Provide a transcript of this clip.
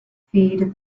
feed